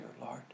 Lord